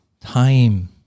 time